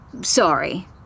Sorry